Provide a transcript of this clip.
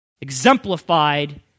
exemplified